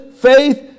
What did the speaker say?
faith